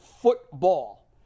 football